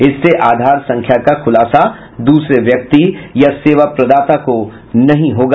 इससे आधार संख्या का खुलासा दूसरे व्यक्ति या सेवा प्रदाता को नहीं होगा